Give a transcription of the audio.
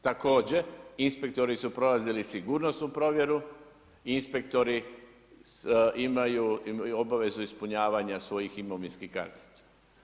Također, inspektori su prolazili sigurnosnu provjeru, inspektori imaju obavezu ispunjavanja svojih imovinskih kartica.